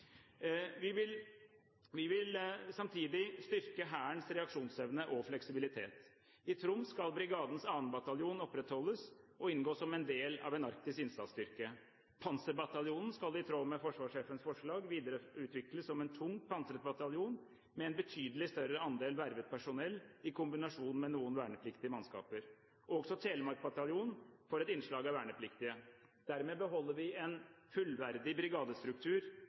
Vi vil styrke Hærens reaksjonsevne og fleksibilitet. I Troms skal brigadens 2. bataljon opprettholdes og inngå som en del av en arktisk innsatsstyrke. Panserbataljonen skal – i tråd med forsvarssjefens forslag – videreutvikles som en tungt pansret bataljon, med en betydelig større andel vervet personell i kombinasjon med noen vernepliktige mannskaper. Også Telemark bataljon får et innslag av vernepliktige. Dermed beholder vi en fullverdig brigadestruktur